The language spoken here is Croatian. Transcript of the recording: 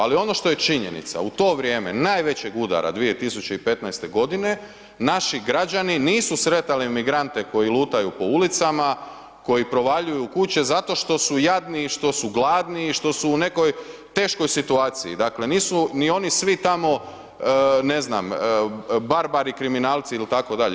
Ali ono što je činjenica u to vrijeme najvećeg udara 2015. godine naši građani nisu sretali migrante koji lutaju po ulicama, koji provaljuju u kuće zato što su jadni, što su glasni, što su u nekoj teškoj situaciji, dakle nisu ni oni svi tami ne znam barbari, kriminalci itd.